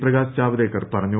പ്രകാശ് ജാവദേക്കർ പറഞ്ഞു